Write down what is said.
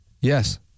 yes